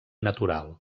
natural